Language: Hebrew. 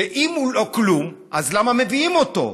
שאם הוא לא כלום אז למה מביאים אותו?